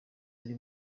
ari